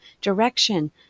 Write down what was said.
direction